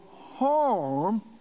harm